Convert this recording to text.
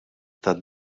tad